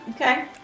Okay